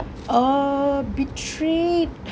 uh betrayed